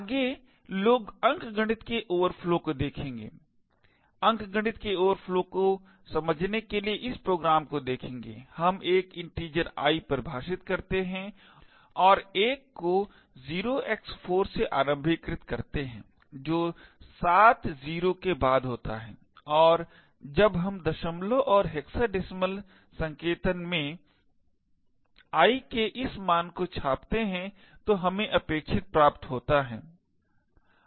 आगे लोग अंकगणित के ओवरफ्लो को देखेंगे और अंकगणित के ओवरफ्लो को समझने के लिए इस प्रोग्राम को देखेंगे हम एक integer l परिभाषित करते हैं और 1 को 0x4 से आरंभीकृत करते हैंl जो 7 0 के बाद होता है और जब हम दशमलव और हेक्साडेसीमल संकेतन में l के इस मान को छापते हैं तो हमें अपेक्षित प्राप्त होता है